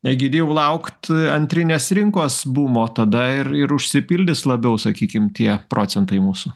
egidijau laukt antrinės rinkos bumo tada ir ir užsipildys labiau sakykim tie procentai mūsų